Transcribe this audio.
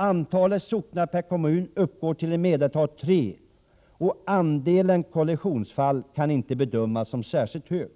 Antalet socknar per kommun uppgår till i medeltal tre, och andelen kollisionsfall kan inte bedömas som särskilt hög.